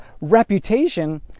reputation